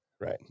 Right